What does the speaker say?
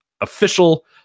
official